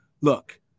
look